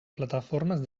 plataformes